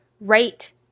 right